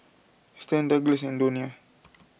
Stan Douglass and Donia